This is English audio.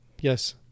Yes